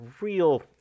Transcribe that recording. real